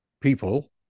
people